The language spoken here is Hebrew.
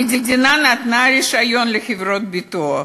המדינה נתנה רישיון לחברות ביטוח,